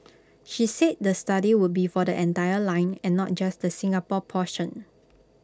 she said the study would be for the entire line and not just the Singapore portion